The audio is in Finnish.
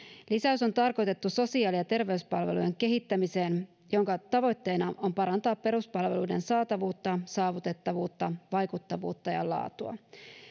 lisäys on tarkoitettu sosiaali ja terveyspalvelujen kehittämiseen jonka tavoitteena on parantaa peruspalveluiden saatavuutta saavutettavuutta vaikuttavuutta ja laatua